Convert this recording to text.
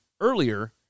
earlier